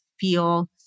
feel